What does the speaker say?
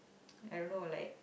I don't know like